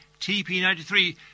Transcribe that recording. TP93